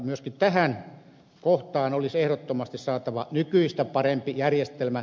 myöskin tähän kohtaan olisi ehdottomasti saatava nykyistä parempi järjestelmä